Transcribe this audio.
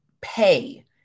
pay